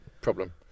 problem